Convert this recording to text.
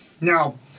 Now